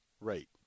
rate